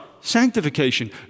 sanctification